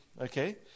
Okay